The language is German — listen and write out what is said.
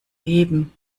geben